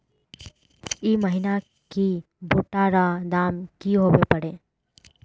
ई महीना की भुट्टा र दाम की होबे परे?